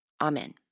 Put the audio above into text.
Amen